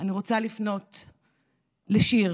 אני רוצה לפנות לשיר.